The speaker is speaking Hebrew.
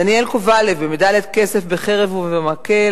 דניאל קובלב במדליית כסף בחרב ובמקל,